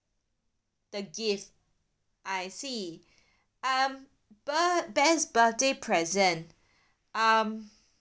the gift I see um bir~ best birthday present um